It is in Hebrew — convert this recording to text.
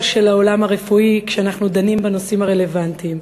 של העולם הרפואי כשאנחנו דנים בנושאים הרלוונטיים.